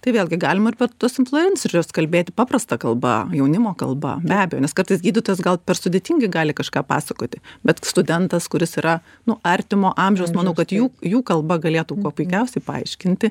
tai vėlgi galima ir per tuos influencerius kalbėti paprasta kalba jaunimo kalba be abejo nes kartais gydytojas gal per sudėtingai gali kažką pasakoti bet studentas kuris yra nu artimo amžiaus manau kad jų jų kalba galėtų kuo puikiausiai paaiškinti